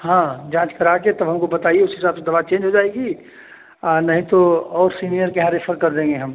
हाँ जाँच करा के तब हमको बताइए उस हिसाब से दवा चेंज हो जाएगी नहीं तो और सीनियर के यहाँ रेफर कर देंगे हम